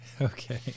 okay